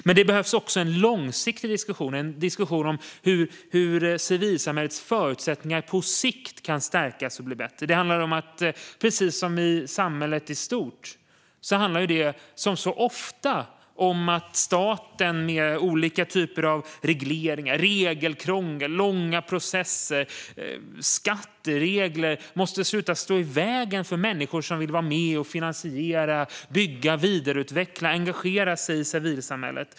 Det behövs också en långsiktig diskussion, en diskussion om hur civilsamhällets förutsättningar på sikt kan stärkas och bli bättre. Precis som så ofta i samhället i stort handlar det om att staten med olika regleringar, regelkrångel och långa processer och skatteregler måste sluta stå i vägen för människor som vill vara med och finansiera, bygga, vidareutveckla och engagera sig i civilsamhället.